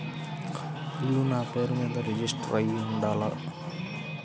ఇల్లు నాపేరు మీదే రిజిస్టర్ అయ్యి ఉండాల?